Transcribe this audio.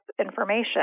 information